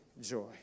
joy